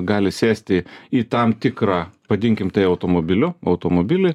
gali sėsti į tam tikrą vadinkim tai automobiliu automobilį